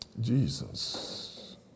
Jesus